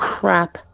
crap